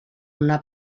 una